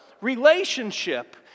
relationship